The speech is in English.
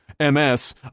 MS